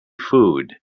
food